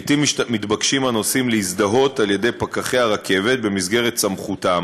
לעתים מתבקשים הנוסעים להזדהות על-ידי פקחי הרכבת במסגרת סמכותם.